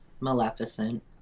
Maleficent